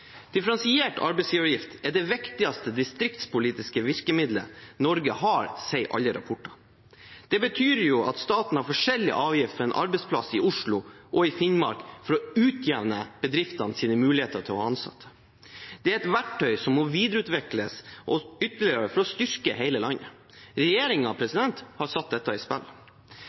differensiert arbeidsgiveravgift. Differensiert arbeidsgiveravgift er det viktigste distriktspolitiske virkemidlet Norge har, sier alle rapporter. Det betyr at staten har forskjellig avgift for en arbeidsplass i Oslo og i Finnmark for å utjevne bedriftenes muligheter til å ha ansatte. Det er et verktøy som må videreutvikles ytterligere for å styrke hele landet. Regjeringen har satt dette i spill.